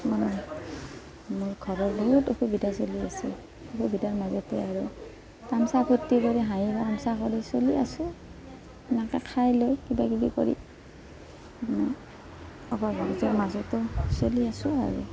মানে মোৰ খোৱা বোৱাত বহুত অসুবিধাত চলি আছে বহুত অসুবিধাৰ মাজতে আৰু তামাচা ফূৰ্তি কৰি হাঁহি তামাচা কৰি চলি আছোঁ সেনেকৈ খাই লৈ কিবা কিবি কৰি অভাৱৰ মাজতো চলি আছোঁ আৰু